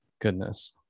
Goodness